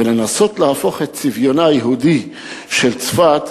ולנסות להפוך את צביונה היהודי של צפת,